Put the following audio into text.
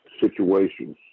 situations